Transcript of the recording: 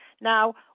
Now